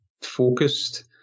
focused